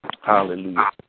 Hallelujah